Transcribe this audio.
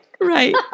Right